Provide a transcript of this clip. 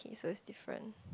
so it's different